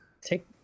take